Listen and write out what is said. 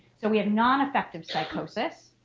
so we have non-effective psychosis